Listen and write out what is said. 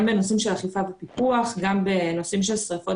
גם בנושאים של אכיפת הפיקוח וגם בנושאים של שריפות